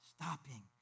stopping